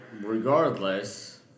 regardless